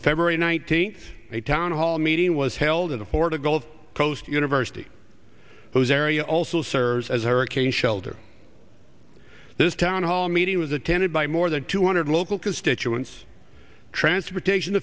on february nineteenth a town hall meeting was held in the horta gulf coast university whose area also serves as hurricane shelter this town hall meeting was attended by more than two hundred local constituents transportation